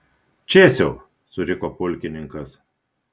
čėsiau suriko pulkininkas